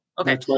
Okay